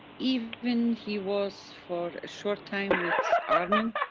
even he was for a short time with armen,